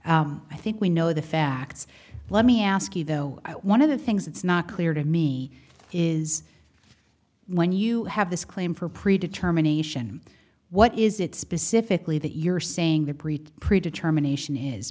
i think we know the facts let me ask you though one of the things that's not clear to me is when you have this claim for pre determination what is it specifically that you're saying the breach pre determination is